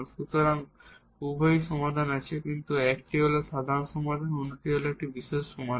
সুতরাং উভয়েরই সমাধান আছে কিন্তু একটি হল সাধারণ সমাধান অন্যটি হল একটি বিশেষ সমাধান